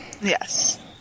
yes